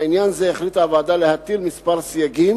לעניין זה החליטה הוועדה להטיל מספר סייגים,